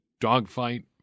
dogfight